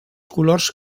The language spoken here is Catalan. colors